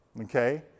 okay